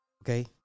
Okay